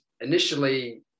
initially